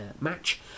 match